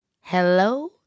Hello